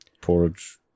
porridge